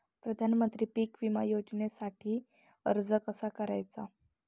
प्रधानमंत्री पीक विमा योजनेसाठी अर्ज कसा करायचा?